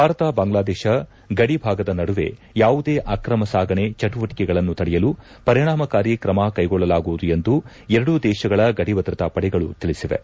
ಭಾರತ ಬಾಂಗ್ಲಾದೇಶ ಗಡಿಭಾಗದ ನಡುವೆ ಯಾವುದೇ ಅಕ್ರಮ ಸಾಗಣೆ ಚಟುವಟಕೆಗಳನ್ನು ತಡೆಯಲು ಪರಿಣಾಮಕಾರಿ ಕ್ಲೆಗೊಳ್ಳಲಾಗುವುದು ಎಂದು ಎರಡೂ ದೇಶಗಳ ಗಡಿಭದ್ರತಾ ಪಡೆಗಳು ತಿಳಿಸಿವೆ